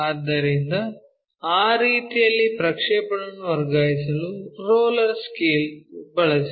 ಆದ್ದರಿಂದ ಆ ರೀತಿಯಲ್ಲಿ ಪ್ರಕ್ಷೇಪಣಗಳನ್ನು ವರ್ಗಾಯಿಸಲು ರೋಲರ್ ಸ್ಕೇಲ್ ಬಳಸಿ